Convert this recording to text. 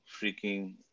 freaking